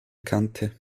kante